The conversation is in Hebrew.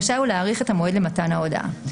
רשאי הוא להאריך את המועד למתן ההודאה.